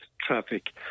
traffic